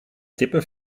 tippen